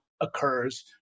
occurs